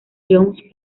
jones